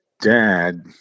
Dad